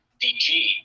DG